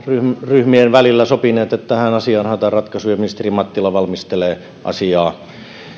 ryhmien välillä sopineet että tähän asiaan haetaan ratkaisuja ja ministeri mattila valmistelee asiaa